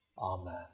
Amen